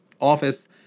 office